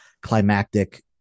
climactic